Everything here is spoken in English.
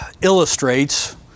illustrates